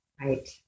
Right